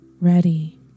ready